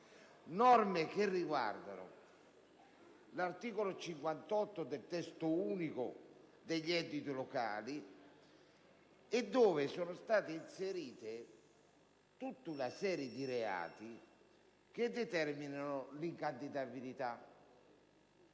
norme che riguardano l'articolo 58 del testo unico degli enti locali e, altresì, tutta una serie di reati che determinano l'incandidabilità.